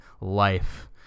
life